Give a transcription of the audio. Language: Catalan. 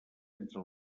entre